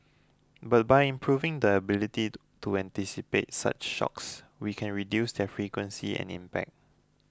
but by improving the ability to anticipate such shocks we can reduce their frequency and impact